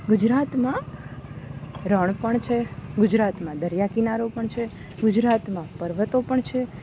ગુજરાતમાં રણ પણ છે ગુજરાતમાં દરિયાકિનારો પણ છે ગુજરાતમાં પર્વતો પણ છે